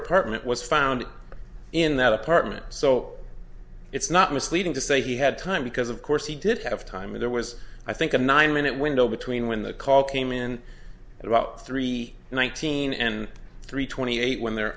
apartment was found in that apartment so it's not misleading to say he had time because of course he did have time and there was i think a nine minute window between when the call came in at about three one thousand and three twenty eight when they're